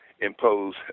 impose